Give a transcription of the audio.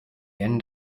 end